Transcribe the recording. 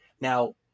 Now